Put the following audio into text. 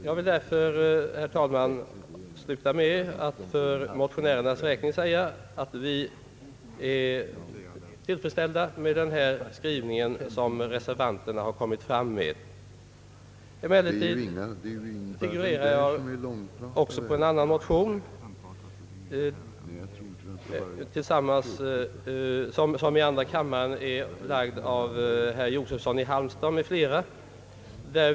Jag vill därför, herr talman, sluta med att för motionärernas räkning säga att vi är tillfredsställda med den skrivning som reservanterna har kommit fram till. Emellertid figurerar jag också under en annan motion, som i andra kammaren är framlagd av herr Josefsson i Halmstad m.fl.